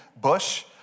bush